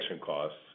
costs